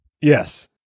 Yes